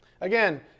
Again